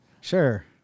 Sure